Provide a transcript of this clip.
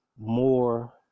More